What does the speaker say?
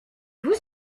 vous